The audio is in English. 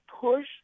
push